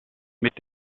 mit